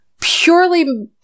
purely